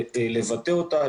לבטא אותה,